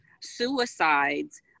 suicides